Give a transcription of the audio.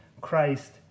Christ